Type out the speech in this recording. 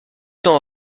temps